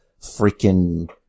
freaking